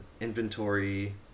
inventory